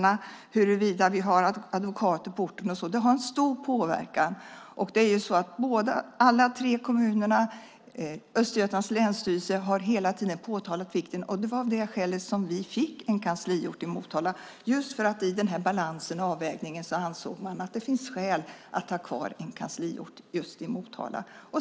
Det är också fråga om huruvida vi har advokater på orten. Det har en stor påverkan. Alla tre kommunerna och Östergötlands länsstyrelse har hela tiden påtalat vikten. Det var av det skälet som vi fick en kansliort i Motala. I den här balansen och avvägningen ansåg man att det fanns skäl att ha kvar en kansliort just i Motala.